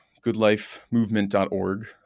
goodlifemovement.org